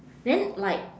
then like